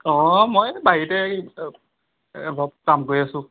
অঁ মই এই বাৰীতে এই অলপ কাম কৰি আছোঁ